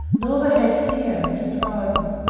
nor the hatred he owes his rival.